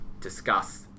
discuss